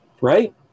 right